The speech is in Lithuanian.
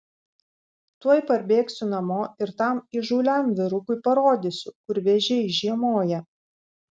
tuoj parbėgsiu namo ir tam įžūliam vyrukui parodysiu kur vėžiai žiemoja